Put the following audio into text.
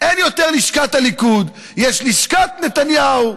אין יותר לשכת הליכוד, יש לשכת נתניהו,